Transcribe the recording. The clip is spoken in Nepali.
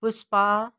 पुष्पा